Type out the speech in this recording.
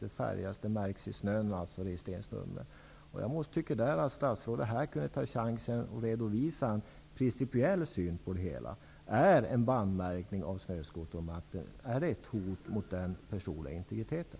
Det syns på avtrycken i snön. Jag tycker att statsrådet nu kunde ta chansen och redovisa sin principiella syn på detta. Är en bandmärkning av snöskotrar ett hot mot den personliga integriteten?